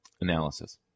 analysis